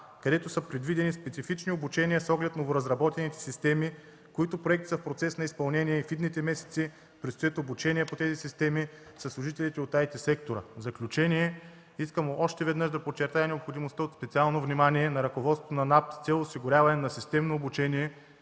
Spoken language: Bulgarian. където са предвидени специфични обучения с оглед новоразработените системи, които проекти са в процес на изпълнение и в идните месеци предстоят обучения по тези системи със служителите на IT-сектора. В заключение искам още веднъж да подчертая необходимостта от специално внимание на ръководството на НАП с цел осигуряване на системно обучение